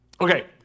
Okay